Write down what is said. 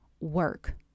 work